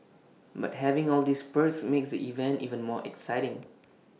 but having all these perks makes the event even more exciting